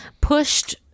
pushed